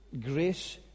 grace-